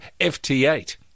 FT8